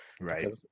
Right